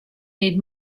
need